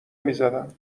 میزدم